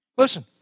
Listen